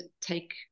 take